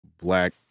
black